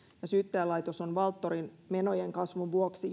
syyttäjälaitos on valtorin menojen kasvun vuoksi